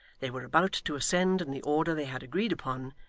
they were about to ascend in the order they had agreed upon,